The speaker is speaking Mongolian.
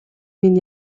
минь